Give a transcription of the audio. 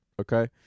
Okay